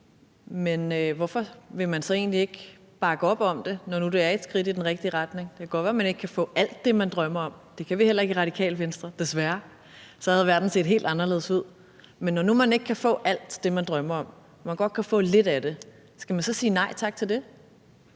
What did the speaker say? men hvorfor vil man så egentlig ikke bakke op om det her, når nu det er et skridt i den rigtige retning? Det kan godt være, man ikke kan få alt det, man drømmer om, og det kan vi heller ikke i Radikale Venstre, desværre, for så havde verden set helt anderledes ud. Men når nu man ikke kan få alt det, man drømmer om, men man godt kan få lidt af det, skal man så sige nej tak til det?